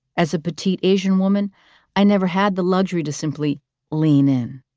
as a petite asian woman i never had the luxury to simply lean in.